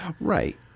Right